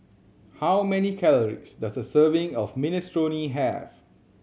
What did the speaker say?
how many calories does a serving of Minestrone have